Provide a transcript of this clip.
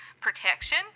protection